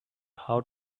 how